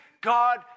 God